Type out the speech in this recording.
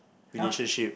!huh!